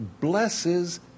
blesses